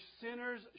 sinners